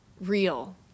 real